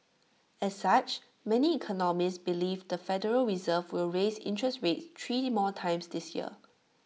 as such many economists believe the federal reserve will raise interest rates three more times this year